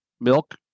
Milk